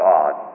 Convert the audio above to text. God